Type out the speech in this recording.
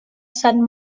sant